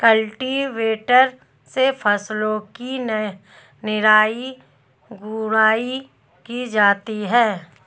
cultivator से फसलों की निराई गुड़ाई की जाती है